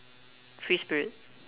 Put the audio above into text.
free spirit